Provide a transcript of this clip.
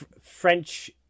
French